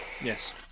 Yes